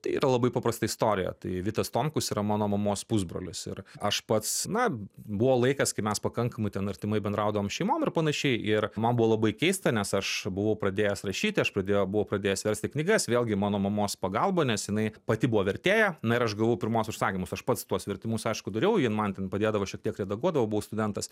tai yra labai paprasta istorija tai vitas tomkus yra mano mamos pusbrolis ir aš pats na buvo laikas kai mes pakankamai ten artimai bendraudavom šeimom ir panašiai ir man buvo labai keista nes aš buvau pradėjęs rašyti aš pradė buvau pradėjęs versti knygas vėlgi mano mamos pagalba nes jinai pati buvo vertėja na ir aš gavau pirmuos užsakymus aš pats tuos vertimus aišku dariau jin man ten padėdavo šiek tiek redaguodavo buvo studentas